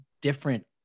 different